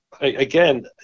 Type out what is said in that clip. again